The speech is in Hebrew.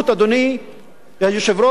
אדוני היושב-ראש,